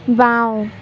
বাওঁ